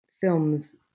films